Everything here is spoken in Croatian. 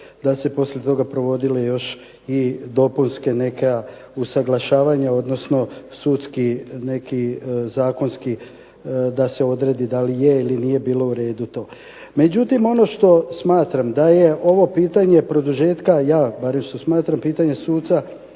su se poslije toga provodila još i dopunska neka usuglašavanja odnosno sudski neki zakonski da se odredi da li je ili nije bilo u redu to. Međutim ono što smatram da je ovo pitanje produžetka, ja barem što smatram, pitanje